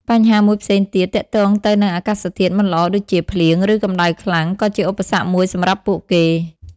បញ្ហាមួយផ្សេងទៀតទាក់ទងទៅនឹងអាកាសធាតុមិនល្អដូចជា ភ្លៀង ឬកំដៅខ្លាំង ក៏ជាឧបសគ្គមួយសម្រាប់ពួកគេ។